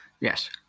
Yes